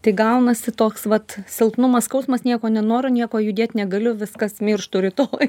tai gaunasi toks vat silpnumas skausmas nieko nenoriu nieko judėt negaliu viskas mirštu rytoj